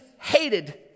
hated